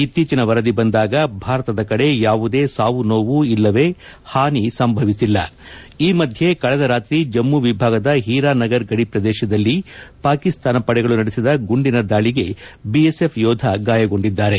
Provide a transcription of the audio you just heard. ಇತ್ತೀಚಿನ ವರದಿ ಬಂದಾಗ ಭಾರತದ ಕಡೆ ಯೊವುದೇ ಸಾವು ನೋವು ಇಲ್ಲವೆ ಹಾನಿ ಸಂಭವಿಸಿಲ್ಲ ಈ ಮಧ್ಯೆ ಕಳೆದ ರಾತ್ರಿ ಜಮ್ಮೆ ವಿಭಾಗದ ಹೀರಾನಗರ್ ಗಡಿ ಪ್ರದೇಶದಲ್ಲಿ ಪಾಕಿಸ್ತಾನ ಪಡೆಗಳು ನಡೆಸಿದ ಗುಂಡಿನ ದಾಳಿಗೆ ಬಿಎಸ್ಎಫ್ ಯೋಧ ಗಾಯಗೊಂಡಿದ್ದಾರೆ